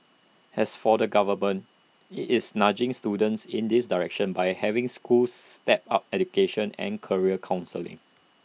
as for the government IT is nudging students in this direction by having schools step up education and career counselling